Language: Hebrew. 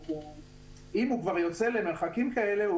אם הוא כבר יוצא למרחקים כאלה,